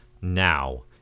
now